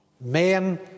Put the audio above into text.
men